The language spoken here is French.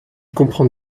comprend